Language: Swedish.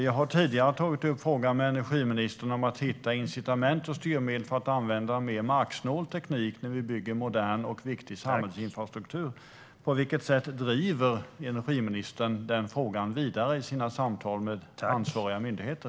Jag har tidigare tagit upp frågan med energiministern om att hitta incitament och styrmedel för att använda en mer marksnål teknik när vi bygger modern och viktig samhällsinfrastruktur. På vilket sätt driver energiministern frågan vidare i sina samtal med ansvariga myndigheter?